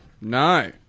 no